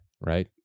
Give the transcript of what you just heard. right